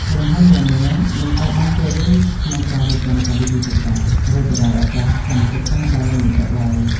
ក្រុមហ៊ុននានាមិនសូវបានចូលរួមក្នុងការរៀបចំកម្មវិធីសិក្សា ឬផ្តល់ឱកាសកម្មសិក្សាដល់និស្សិតឡើយ។